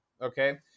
Okay